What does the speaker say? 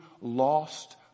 lost